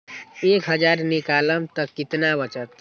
एक हज़ार निकालम त कितना वचत?